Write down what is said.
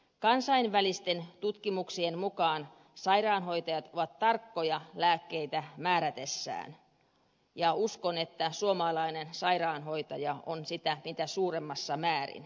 kansainvälisten tutkimuksien mukaan sairaanhoitajat ovat tarkkoja lääkkeitä määrätessään ja uskon että suomalainen sairaanhoitaja on sitä mitä suurimmassa määrin